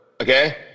Okay